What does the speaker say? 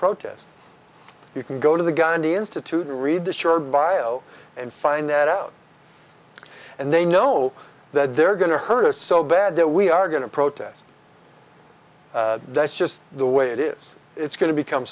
protest you can go to the gandhi institute and read the sher bio and find that out and they know that they're going to hurt us so bad that we are going to protest that's just the way it is it's going to become